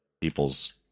people's